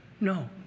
no